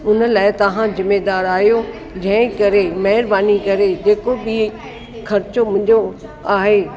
उन लाइ तव्हां ज़िमेदारु आहियो जंहिं करे महिरबानी करे जेको बि ख़र्चु मुंहिंजो आहे